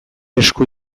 esku